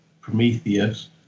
Prometheus